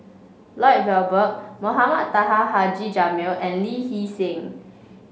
Lloyd Valberg Mohamed Taha Haji Jamil and Lee Hee Seng